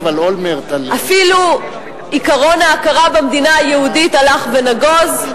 אפילו עקרון ההכרה במדינה היהודית הלך ונגוז,